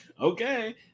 Okay